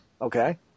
Okay